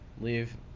leave